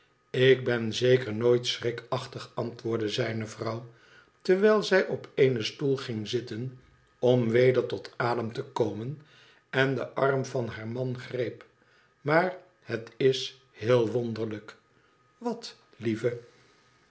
ik ben zeker nooit schrikachtig antwoordde zijne vrouw terwijl zij op eene stoel ging zitten om weder tot adem te komen en den arm van aar man greep maar het is heel wonderlijk wat lieve